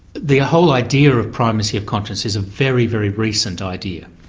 the whole idea of primacy of conscience is a very very recent idea.